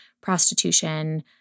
prostitution